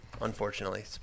unfortunately